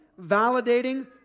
validating